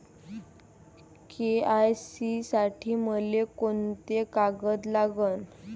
KYC साठी मले कोंते कागद लागन?